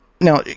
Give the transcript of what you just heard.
Now